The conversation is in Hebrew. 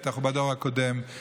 בטח בדור הקודם.